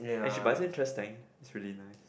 actually but it's interesting it's really nice